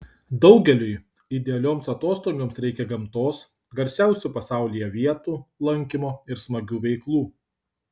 daugeliui idealioms atostogoms reikia gamtos garsiausių pasaulyje vietų lankymo ir smagių veiklų